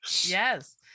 Yes